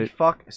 fuck